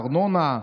ארנונה,